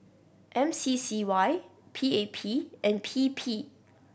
M C C Y P A P and P P